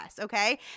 okay